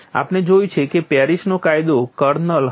આપણે જોયું છે કે પેરિસનો કાયદો કર્નલ હતો